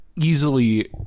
easily